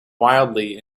wildly